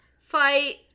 fight